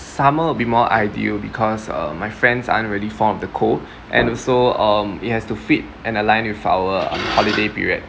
summer will be more ideal because uh my friends aren't really fond of the cold and also um it has to fit and align with our holiday period